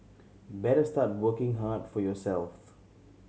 better start working hard for yourself